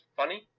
funny